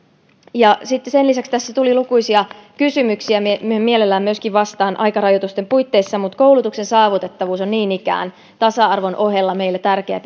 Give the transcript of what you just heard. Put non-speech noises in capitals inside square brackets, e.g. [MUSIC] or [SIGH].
sen lisäksi tässä tuli lukuisia kysymyksiä mihin mielellään myöskin vastaan aikarajoitusten puitteissa koulutuksen saavutettavuus on niin ikään tasa arvon ohella meillä tärkeä [UNINTELLIGIBLE]